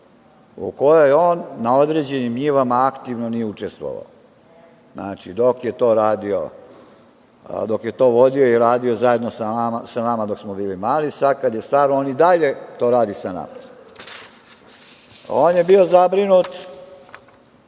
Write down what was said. u kojoj on na određenim njivama aktivno nije učestvovao. Znači, dok je to vodio i radio zajedno sa nama dok smo bili mali, sad kad je star on i dalje to radi sa nama. On je bio zabrinut